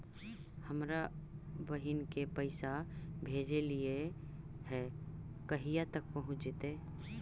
हमरा बहिन के पैसा भेजेलियै है कहिया तक पहुँच जैतै?